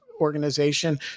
organization